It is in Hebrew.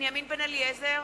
בנימין בן-אליעזר